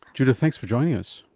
judith, thanks for joining us.